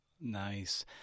Nice